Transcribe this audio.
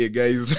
guys